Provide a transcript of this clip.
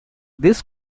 this